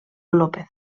lópez